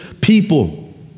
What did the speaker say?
people